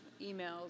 emails